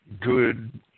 good